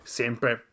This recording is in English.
sempre